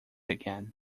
again